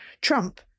Trump